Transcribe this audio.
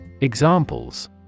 Examples